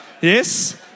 Yes